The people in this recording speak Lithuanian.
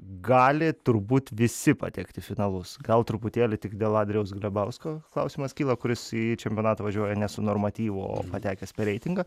gali turbūt visi patekt į finalus gal truputėlį tik dėl adrijaus glebausko klausimas kyla kuris į čempionatą važiuoja ne su normatyvu o patekęs per reitingą